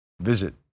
visit